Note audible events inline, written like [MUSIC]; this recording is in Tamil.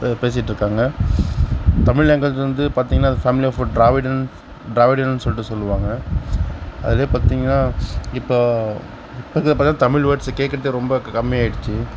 பேசிகிட்டு இருக்காங்க தமிழ் லாங்குவேஜில் வந்து பார்த்திங்கன்னா அது ஃபேமிலி [UNINTELLIGIBLE] ஃபுட் திராவிடன் திராவிடர்கள் சொல்லிட்டு சொல்வாங்க அதுலேயே பார்த்திங்கனா இப்போ இப்பைக்கு இப்போதான் தமிழ் வேர்ட்ஸ் கேக்கிறதே ரொம்ப கம்மியாகிடுச்சு